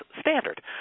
standard